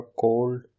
cold